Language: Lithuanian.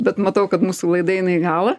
bet matau kad mūsų laida eina į galą